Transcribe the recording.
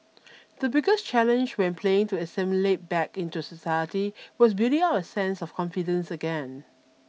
the biggest challenge when playing to assimilate back into society was building up a sense of confidence again